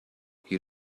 you